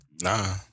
Nah